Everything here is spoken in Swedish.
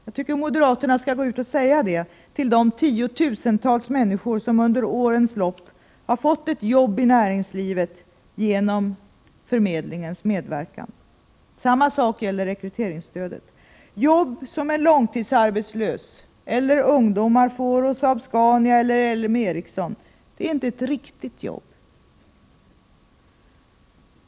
Jag tycker att moderaterna skall gå ut säga det till de tiotusentals människor som under årens lopp har fått ett jobb i näringslivet genom förmedlingens medverkan. Samma sak gäller rekryte ringsstödet: jobb som långtidsarbetslösa eller ungdomar får hos Saab-Scania eller Eriessonkoncernen är inte heller riktiga jobb.